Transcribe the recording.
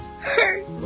hurt